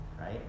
right